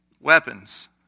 weapons